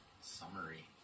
summary